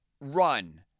run